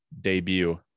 debut